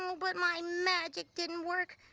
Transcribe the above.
so but my magic didn't work.